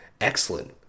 excellent